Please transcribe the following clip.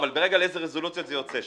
אבל תראה לאיזה רזולוציות זה יוצא.